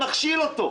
נכשיל אותו,